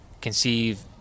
conceive